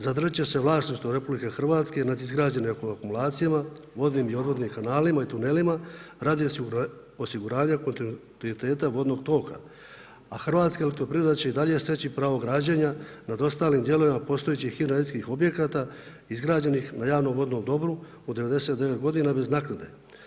Zadržat će se vlasništvo RH nad izgrađenim akumulacijama, vodnim i odvodnim kanalima i tunelima radi osiguranja kontinuiteta vodnog toka, a Hrvatska elektroprivreda će i dalje steći pravo građenja nad ostalim dijelovima postojećih hidroenergetskih objekata izgrađenih na javnom vodnom dobru u 99 godina bez naknade.